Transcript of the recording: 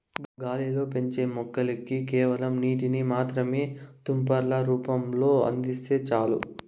గాలిలో పెంచే మొక్కలకి కేవలం నీటిని మాత్రమే తుంపర్ల రూపంలో అందిస్తే చాలు